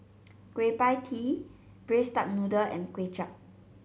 Kueh Pie Tee Braised Duck Noodle and Kuay Chap